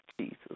Jesus